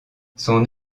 son